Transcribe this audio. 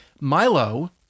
Milo